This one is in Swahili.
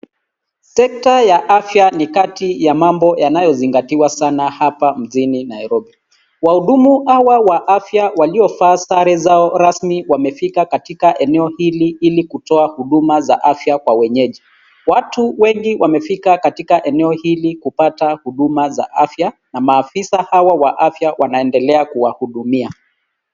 Sekta ya afya ni kati ya mambo yanayozingatiwa sana hapa mjini Nairobi. Wahudumu hawa wa afya waliovaa sare zao rasmi wamefika katika eneo hili ilikutoa huduma za afya kwa wenyeji. Watu wengi wamefika katika eneo hili kupata huduma za afya na maafisa hawa wa afya wanaendelea kuwahudumia.